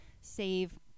save